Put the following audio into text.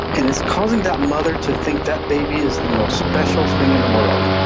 and it's causing that mother to think that baby is the most special thing in the world.